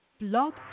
Blog